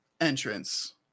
entrance